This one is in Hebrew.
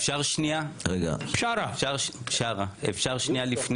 יאסר חוג'יראת (רע"מ,